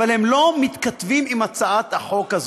הן לא מתכתבות עם הצעת החוק הזאת.